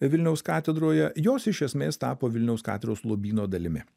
vilniaus katedroje jos iš esmės tapo vilniaus katedros lobyno dalimi